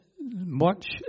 Watch